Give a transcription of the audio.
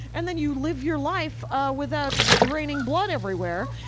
and then you live your life ah without draining blood everywhere.